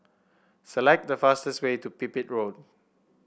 select the fastest way to Pipit Road